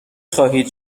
خواهید